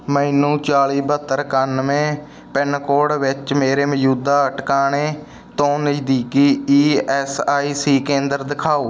ਮੈਨੂੰ ਚਾਲੀ ਬਹੱਤਰ ਇਕਾਨਵੇਂ ਪਿੰਨ ਕੋਡ ਵਿੱਚ ਮੇਰੇ ਮੌਜੂਦਾ ਟਿਕਾਣੇ ਤੋਂ ਨਜ਼ਦੀਕੀ ਈ ਐਸ ਆਈ ਸੀ ਕੇਂਦਰ ਦਿਖਾਓ